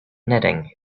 knitting